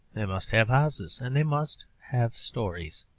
they must have houses, and they must have stories.